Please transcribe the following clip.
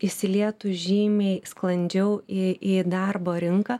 įsilietų žymiai sklandžiau į į darbo rinką